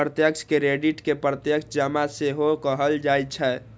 प्रत्यक्ष क्रेडिट कें प्रत्यक्ष जमा सेहो कहल जाइ छै